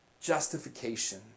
Justification